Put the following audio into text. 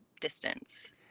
distance